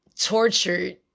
tortured